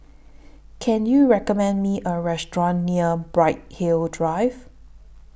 Can YOU recommend Me A Restaurant near Bright Hill Drive